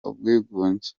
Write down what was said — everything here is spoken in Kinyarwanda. ubwigunge